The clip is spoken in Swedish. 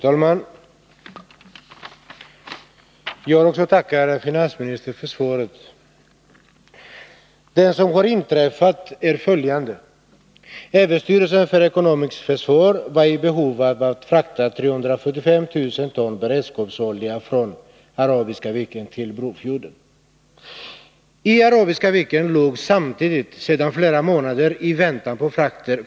Herr talman! Också jag vill tacka finansministern för svaret. Vad som har inträffat är följande. Överstyrelsen för ekonomiskt försvar var vid ett visst tillfälle i behov av att frakta 345 000 ton beredskapsolja från Arabiska viken till Brofjorden. I Arabiska viken låg samtidigt fartyget Nanny, som sedan flera månader tillbaka väntade på last.